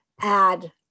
add